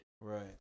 right